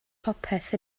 popeth